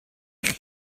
eich